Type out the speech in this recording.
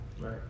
Right